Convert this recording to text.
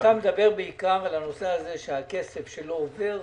אתה מדבר בעיקר על הנושא הזה שהכסף לא עובר,